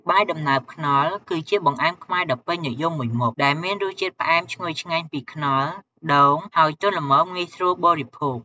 បាយដំណើបខ្នុរ គឺជាបង្អែមខ្មែរដ៏ពេញនិយមមួយមុខ ដែលមានរសជាតិផ្អែមឈ្ងុយឆ្ងាញ់ពីខ្នុរ ដូង ហើយទន់ល្មមងាយស្រួលបរិភោគ។